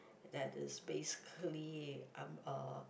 that is basically I'm a